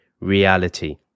reality